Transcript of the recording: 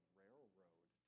railroad